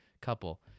couple